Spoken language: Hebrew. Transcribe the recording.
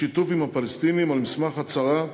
בשיתוף עם הפלסטינים, על מסמך הצהרה